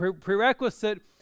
Prerequisite